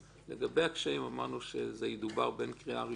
לגבי הקשיים, אמרנו שזה ידובר בין קריאה ראשונה